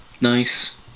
Nice